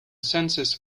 census